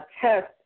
test